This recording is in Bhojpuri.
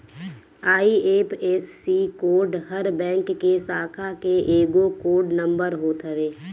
आई.एफ.एस.सी कोड हर बैंक के शाखा के एगो कोड नंबर होत हवे